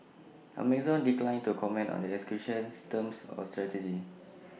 Amazon declined to comment on the acquisition's terms or strategy